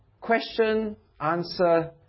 question-answer